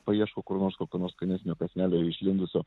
paieško kur nors kokio nors skanesnio kąsnelio išlindusio